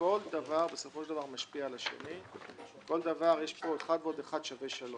כל דבר משפיע על השני ואחד ועוד אחד שווה שלוש.